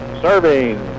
Serving